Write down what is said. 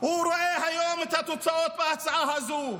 רואה היום את התוצאות בהצעה הזו.